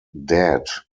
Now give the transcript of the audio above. dead